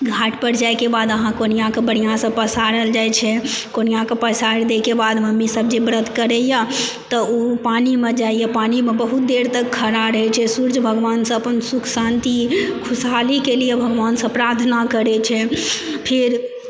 घाट पर जाइके बाद अहाँ कोनियाके बढ़िऑंसँ पसारल जाइ छै कोनियाके पसारि दैके बाद मम्मी सब जे व्रत करै यऽ तऽ ओ पानिमे जाइया पानिमे बहुत देर तक खड़ा रहै छै सूर्ज भगवानसँ अपन सुख शान्ति खुशहालीके लिए भगवानसँ प्रार्थना करै छै फिर